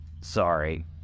Sorry